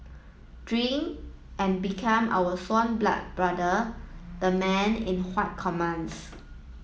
drink and become our sworn blood brother the man in white commands